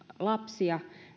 lapsia